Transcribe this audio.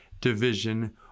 division